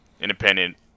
independent